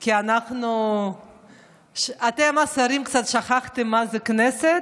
כי אתם השרים קצת שכחתם מה זה כנסת,